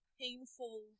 painful